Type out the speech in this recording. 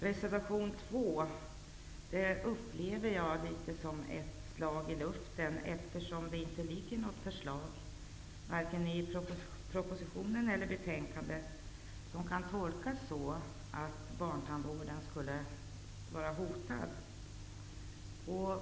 Reservation 2 upplever jag något som ett slag i luften eftersom det inte vare sig i propositionen eller i betänkandet ligger något förslag framlagt som kan tolkas som att barntandvården skulle vara hotad.